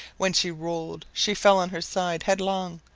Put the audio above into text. when she rolled she fell on her side headlong,